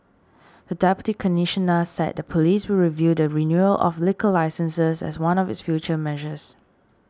the Deputy Commissioner said the police will review the renewal of liquor licences as one of its future measures